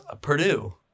Purdue